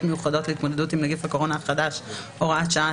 מיוחדות להתמודדות עם נגיף הקורונה החדש (הוראת שעה),